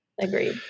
agreed